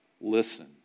listen